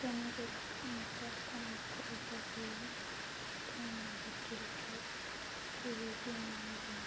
ତୁମେ ଯଦି ଏନ୍ତା କାମ କରବ ବଲେ ତମର୍ ହୋଟେଲକେ କେହିିବି ନାଇଁଯନ୍